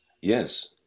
yes